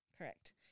Correct